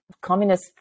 communist